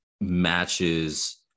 matches